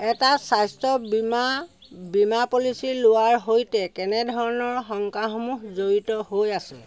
এটা স্বাস্থ্য বীমা বীমা পলিচি লোৱাৰ সৈতে কেনে ধৰণৰ শংকাসমূহ জড়িত হৈ আছে